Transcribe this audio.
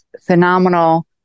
phenomenal